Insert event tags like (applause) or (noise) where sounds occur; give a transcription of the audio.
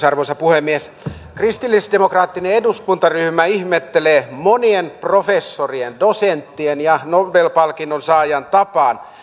(unintelligible) arvoisa puhemies kristillisdemokraattinen eduskuntaryhmä ihmettelee monien professorien dosenttien ja nobel palkinnon saajan tapaan